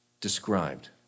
described